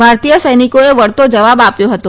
ભારતીય સૈનિકોએ વળતો જવાબ આપ્યો હતો